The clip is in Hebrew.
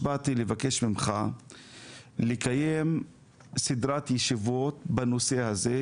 באתי לבקש ממך לקיים סדרת ישיבות בנושא הזה,